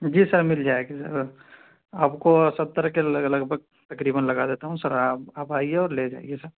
جی sir مل جائے گا آپ کو ستّر کے لگ لگ بھگ تقریباً لگا دیتا ہوں سر آپ آپ آئیے اور لے جائیے سر